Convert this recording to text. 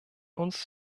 uns